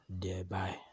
thereby